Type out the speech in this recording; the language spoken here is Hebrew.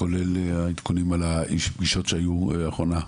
כולל עדכונים על הפגישות שהיו לאחרונה,